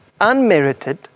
unmerited